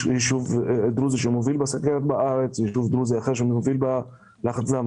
יש ישוב דרוזי שמוביל בארץ בסוכרת וישוב דרוזי אחר שמוביל בלחץ הדם.